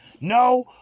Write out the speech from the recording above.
No